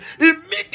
immediately